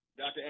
Dr